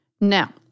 Now